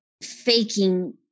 faking